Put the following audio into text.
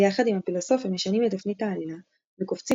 ביחד עם הפילוסוף הם משנים את תפנית העלילה וקופצים